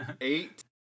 eight